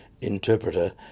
interpreter